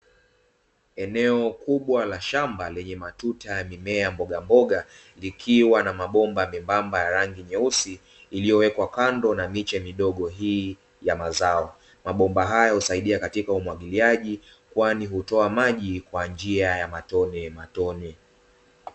Eneo kubwa la shamba lenye matuta ya mimea ya mbogamboga, likiwa na mabomba membamba ya rangi nyeusi iliyowekwa kando na miche midogo hii ya mazao. Mabomba haya husaidia katika umwagiliaji, kwani hutoa maji kwa njia ya matonematone.